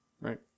Right